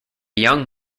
young